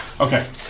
Okay